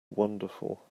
wonderful